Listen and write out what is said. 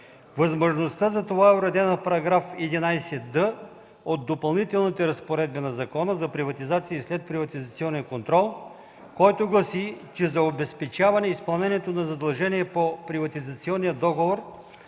Възможността за това е уредена в § 11д от Допълнителните разпоредби на Закона за приватизация и следприватизационен контрол, който гласи, че за обезпечаване изпълнението на задължения по приватизационен договор